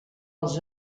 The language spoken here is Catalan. els